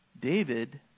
David